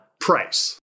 price